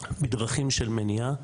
בדרכים של מניעה,